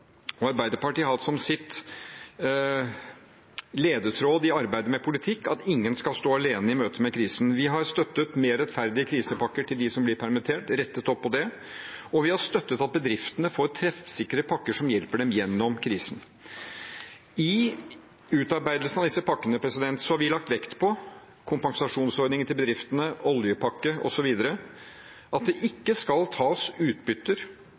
Arbeiderpartiet har hatt som sin ledetråd i arbeidet med politikk at ingen skal stå alene i møte med krisen. Vi har støttet mer rettferdige krisepakker til dem som blir permittert, og rettet opp på det, og vi har støttet at bedriftene får treffsikre pakker som hjelper dem gjennom krisen. I utarbeidelsen av disse pakkene – kompensasjonsordninger til bedriftene, oljepakke osv. – har vi lagt vekt på at det ikke skal tas utbytter, gjennomføres oppsigelser eller tas